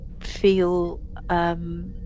feel